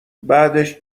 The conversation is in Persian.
بعدش